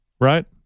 right